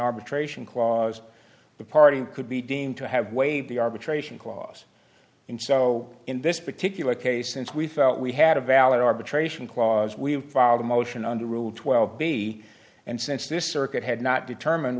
arbitration clause the party could be deemed to have waived the arbitration clause and so in this particular case since we thought we had a valid arbitration clause we filed a motion under rule twelve b and since this circuit had not determine